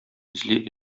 эзли